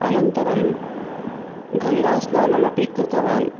अनन्तरं गङ्गास्नानमपि कृतवान्